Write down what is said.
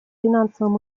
финансовым